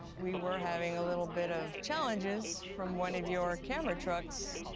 we were having a little bit of challenges from one of your camera trucks.